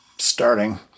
starting